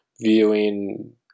viewing